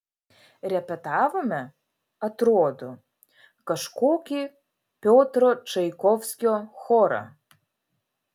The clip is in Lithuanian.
repetavome atrodo kažkokį piotro čaikovskio chorą